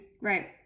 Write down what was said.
Right